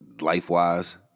life-wise